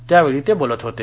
त्यावेळी ते बोलत होते